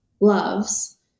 loves